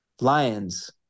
Lions